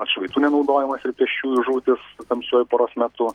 atšvaitų nenaudojimas ir pėsčiųjų žūtys tamsiuoju paros metu